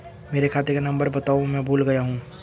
मेरे खाते का नंबर बताओ मैं भूल गया हूं